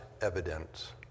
evidence